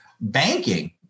Banking